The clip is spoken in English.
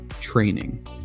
Training